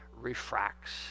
refracts